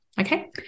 Okay